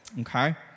Okay